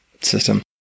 System